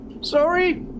sorry